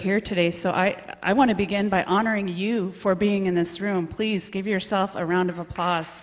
here today so i i want to begin by honoring you for being in this room please give yourself a round of a